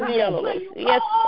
yes